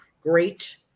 great